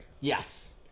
Yes